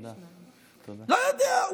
לא יודע.